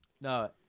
No